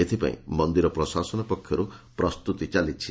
ଏଥପାଇଁ ମନ୍ଦିର ପ୍ରଶାସନ ପକ୍ଷରୁ ପ୍ରସ୍ତୁତି ଚାଲିଛି